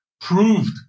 proved